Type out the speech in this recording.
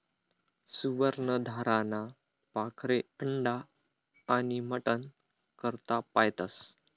सुवर्ण धाराना पाखरे अंडा आनी मटन करता पायतस